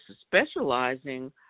specializing